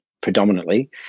predominantly